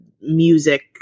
music